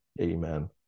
Amen